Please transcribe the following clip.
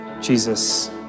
Jesus